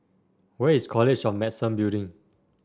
where is College of Medicine Building